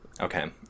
Okay